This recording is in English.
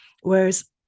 Whereas